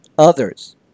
others